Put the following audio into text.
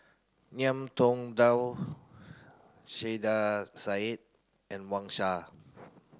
Ngiam Tong Dow Saiedah Said and Wang Sha